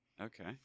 okay